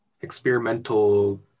experimental